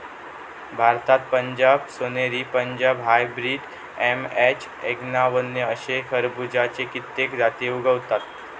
भारतात पंजाब सोनेरी, Punjab hybrid, MH एक्कावन्न अशे खरबुज्याची कित्येक जाती उगवतत